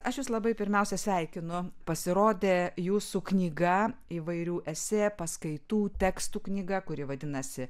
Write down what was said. aš jus labai pirmiausia sveikinu pasirodė jūsų knyga įvairių esė paskaitų tekstų knyga kuri vadinasi